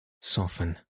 soften